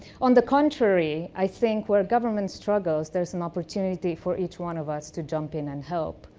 on the contrary, i think where government struggles, there's an opportunity for each one of us to jump in and help.